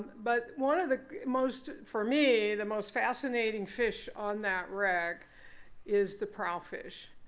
but one of the most for me the most fascinating fish on that wreck is the prowfish.